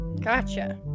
Gotcha